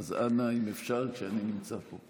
אז, אנא, אם אפשר כשאני נמצא פה.